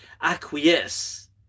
acquiesce